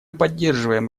поддерживаем